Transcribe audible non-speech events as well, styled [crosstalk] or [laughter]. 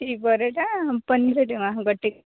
[unintelligible]